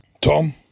Tom